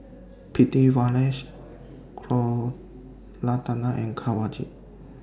Pritiviraj Koratala and Kanwaljit